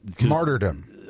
martyrdom